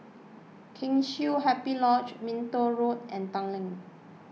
Kheng Chiu Happy Lodge Minto Road and Tanglin